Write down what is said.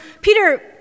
Peter